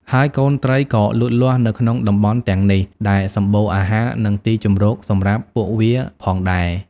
ហើយកូនត្រីក៏លូតលាស់នៅក្នុងតំបន់ទាំងនេះ ដែលសម្បូរអាហារ និងទីជម្រកសម្រាប់ពួកវាផងដែរ។